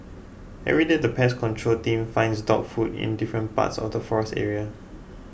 everyday the pest control team finds dog food in different parts of the forest area